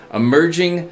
emerging